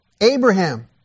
Abraham